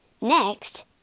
Next